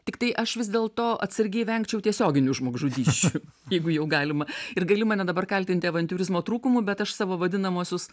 tiktai aš vis dėlto atsargiai vengčiau tiesioginių žmogžudysčių jeigu jau galima ir gali mane dabar kaltinti avantiūrizmo trūkumu bet aš savo vadinamuosius